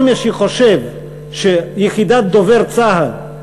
כל מי שחושב שיחידת דובר צה"ל,